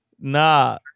Nah